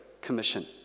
Commission